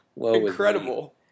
Incredible